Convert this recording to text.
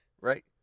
Right